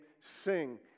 sing